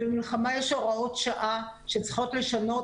ובמלחמה יש הוראות שעה שצריכות לשנות